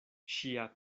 ŝia